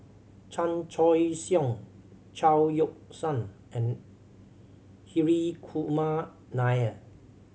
Chan Choy Siong Chao Yoke San and Hri Kumar Nair